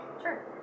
Sure